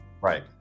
Right